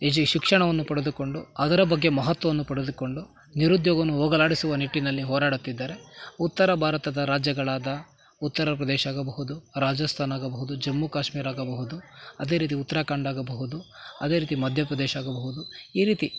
ಈ ಜಿ ಶಿಕ್ಷಣವನ್ನು ಪಡೆದುಕೊಂಡು ಅದರ ಬಗ್ಗೆ ಮಹತ್ವವನ್ನು ಪಡೆದುಕೊಂಡು ನಿರುದ್ಯೋಗವನ್ನು ಹೋಗಲಾಡಿಸುವ ನಿಟ್ಟಿನಲ್ಲಿ ಹೊರಡುತ್ತಿದ್ದಾರೆ ಉತ್ತರ ಭಾರತದ ರಾಜ್ಯಗಳಾದ ಉತ್ತರ ಪ್ರದೇಶ ಆಗಬಹುದು ರಾಜಸ್ಥಾನ ಆಗಬಹುದು ಜಮ್ಮು ಕಾಶ್ಮೀರ ಆಗಬಹುದು ಅದೇ ರೀತಿ ಉತ್ತರಾಖಂಡ ಆಗಬಹುದು ಅದೇ ರೀತಿ ಮಧ್ಯ ಪ್ರದೇಶ ಆಗಬಹುದು ಈ ರೀತಿ